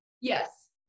Yes